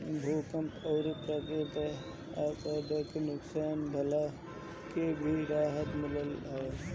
भूकंप अउरी प्राकृति आपदा से नुकसान भइला पे भी राहत मिलत हअ